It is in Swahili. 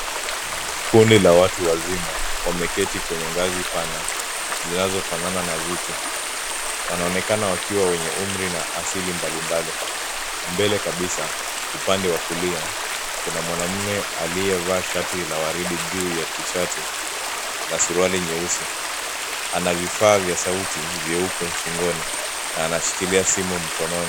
Kundi la watu wazima, wameketi kwenye ngazi pana zinazofanana na viti. wanaonekana wakiwa wenye umri asili mbalimbali. Mbele kabisa upande wa kulia kuna mwanaume aliyevaa shati la waridi juu ya (cs)t-shirt(cs) na suruali nyeusi. Ana vifaa vya sauti vyeupe shingoni na anashikilia simu mkononi.